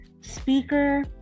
speaker